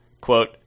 quote